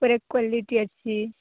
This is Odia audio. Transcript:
ପୁରା କ୍ୱାଲିଟି ଅଛି